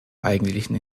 eigentlichen